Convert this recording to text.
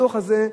הדוח הזה,